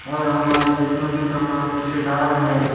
اور ہمارے جتنے بھی تمام رشتہ دار ہیں